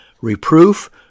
reproof